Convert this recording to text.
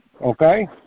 Okay